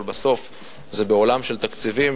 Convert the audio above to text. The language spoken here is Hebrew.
אבל בסוף זה בעולם של תקציבים,